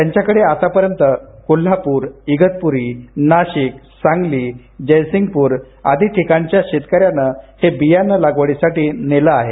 त्यांच्याकडे आतापर्यंत कोल्हापूर इगतपूरी नाशिक सांगली जयसिंगपूर आदी ठिकाणच्या शेतकऱ्यां हे बियाणं लागवडीसाठी नेलं आहे